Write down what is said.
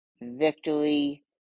victory